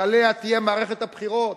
שעליה תהיה מערכת הבחירות,